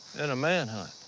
in a man hunt.